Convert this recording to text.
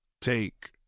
take